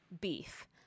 beef